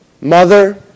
Mother